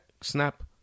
snap